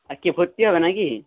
হ্যাঁ কেউ ভর্তি হবে না কি